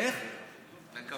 איך את קוראת לזה?